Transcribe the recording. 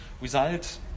result